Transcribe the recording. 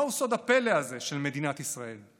מהו סוד הפלא הזה של מדינת ישראל?